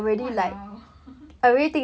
!walao!